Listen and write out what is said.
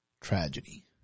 tragedy